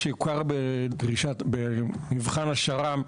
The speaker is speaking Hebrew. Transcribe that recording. שהוכר במבחן השר"מ,